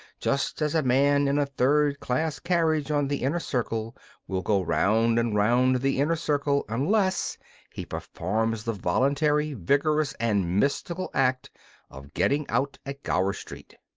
just as a man in a third-class carriage on the inner circle will go round and round the inner circle unless he performs the voluntary, vigorous, and mystical act of getting out at gower street.